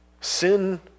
Sin